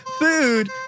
Food